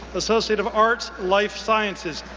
associate of arts, life sciences,